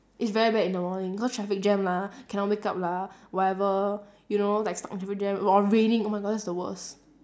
it's very bad in the morning because traffic jam lah cannot wake up lah whatever you know like stuck in traffic jam while raining oh my god that's the worst